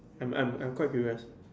I'm I'm I'm quite curious